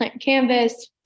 canvas